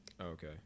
Okay